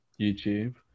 YouTube